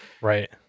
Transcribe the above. Right